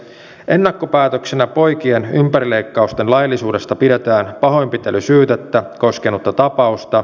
ennakkopäätöksenä poikien ympärileikkausten laillisuudesta pidetään pahoinpitelysyytettä koskenutta tapausta